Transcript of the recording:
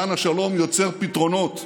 כאן השלום יוצר פתרונות.